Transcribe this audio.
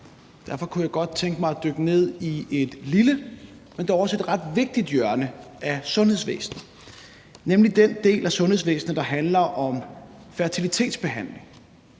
Derfor kunne jeg godt tænke mig at dykke ned i et lille, men dog også ret vigtigt hjørne af sundhedsvæsenet, nemlig den del af sundhedsvæsenet, der handler om fertilitetsbehandling.